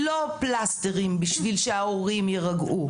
לא פלסטרים בשביל שההורים יירגעו.